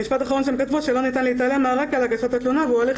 משפט אחרון: "לא ניתן להתעלם מהרקע להגשת התלונה והוא הליך